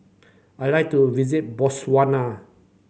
I like to visit Botswana